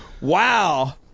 Wow